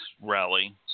Rally